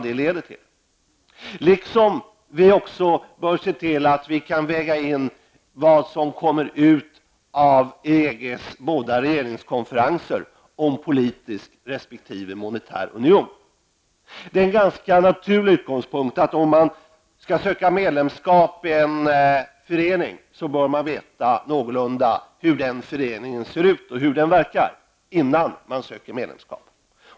Vi bör också väga in resultaten av EGs båda regeringskonferenser om en politisk resp. monetär union. Om man skall söka medlemskap i en förening är det naturligt att ta reda på hur föreningen ser ut och hur den verkar innan man söker medlemskap.